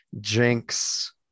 Jinx